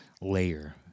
layer